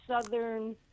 southern